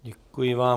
Děkuji vám.